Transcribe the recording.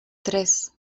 tres